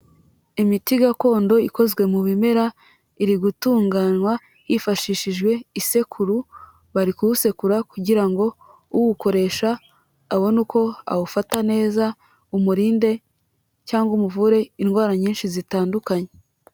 Imiti gakondo ikozwe mu bimera, iri gutunganywa hifashishijwe isekuru barikuwusekura kugira ngo uwukoresha abone uko awufata neza umurinde, cyangwa umuvure indwara nyinshi zitandukanye.